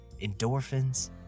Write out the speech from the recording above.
endorphins